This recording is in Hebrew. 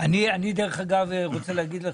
אני רוצה להגיד לך,